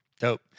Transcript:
Dope